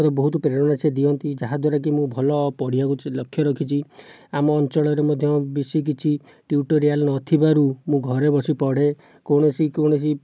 ମୋତେ ବହୁତ ପ୍ରେରଣା ସେ ଦିଅନ୍ତି ଯାହାଦ୍ୱାରା କି ମୁଁ ଭଲ ପଢ଼ିବାକୁ ଲକ୍ଷ୍ୟ ରଖିଛି ଆମ ଅଞ୍ଚଳରେ ମଧ୍ୟ ବେଶୀ କିଛି ଟିଉଟରିଆଲ ନ ଥିବାରୁ ମୁଁ ଘରେ ବସି ପଢ଼େ କୌଣସି କୌଣସି